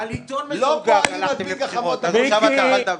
לא פועלים ועושים גחמות של פוליטיקאים.